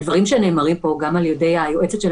והדברים שנאמרים פה גם מפיה של היועצת המשפטית של